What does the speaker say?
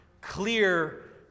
clear